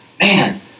man